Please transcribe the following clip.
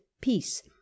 peace